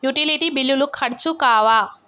Utility బిల్లులు ఖర్చు కావా?